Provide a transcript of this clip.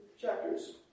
chapters